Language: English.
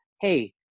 hey